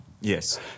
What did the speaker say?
Yes